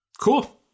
Cool